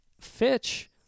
Fitch